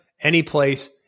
anyplace